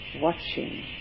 watching